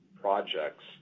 projects